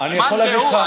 מאן דהוא,